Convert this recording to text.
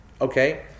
okay